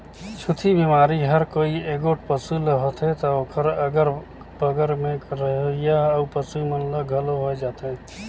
छूतही बेमारी हर कोई एगोट पसू ल होथे त ओखर अगर कगर में रहोइया अउ पसू मन ल घलो होय जाथे